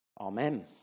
Amen